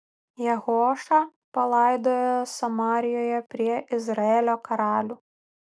jehoašą palaidojo samarijoje prie izraelio karalių